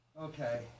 Okay